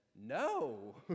no